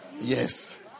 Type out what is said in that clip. Yes